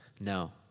no